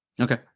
Okay